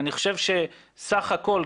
אני חושב שסך הכול,